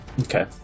Okay